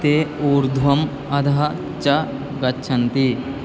ते ऊर्ध्वम् अधः च गच्छन्ति